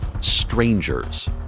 strangers